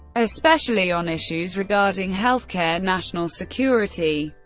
especially on issues regarding healthcare, national security,